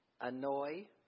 annoy